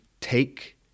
take